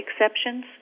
exceptions